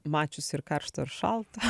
mačiusi ir karšto ir šalto